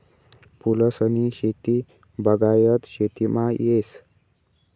फूलसनी शेती बागायत शेतीमा येस